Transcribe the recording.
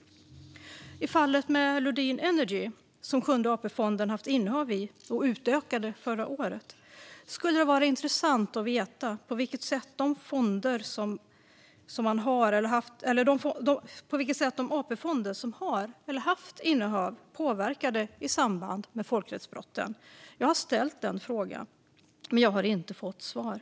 I fallet med Lundin Energy, som Sjunde AP-fonden utökade sitt innehav i förra året, skulle det vara intressant att få veta på vilket sätt de AP-fonder som har eller har haft innehav påverkade i samband med folkrättsbrotten. Jag har ställt frågan men inte fått svar.